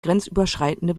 grenzüberschreitende